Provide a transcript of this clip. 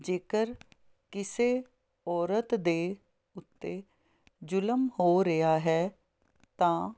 ਜੇਕਰ ਕਿਸੇ ਔਰਤ ਦੇ ਉੱਤੇ ਜ਼ੁਲਮ ਹੋ ਰਿਹਾ ਹੈ ਤਾਂ